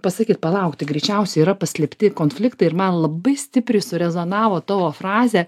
pasakyt palauk tai greičiausiai yra paslėpti konfliktai ir man labai stipriai surezonavo tavo frazė